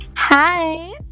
Hi